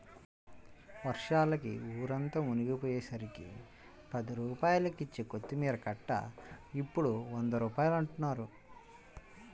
వర్షాలకి ఊరంతా మునిగిపొయ్యేసరికి పది రూపాయలకిచ్చే కొత్తిమీర కట్ట ఇప్పుడు వంద రూపాయలంటన్నారు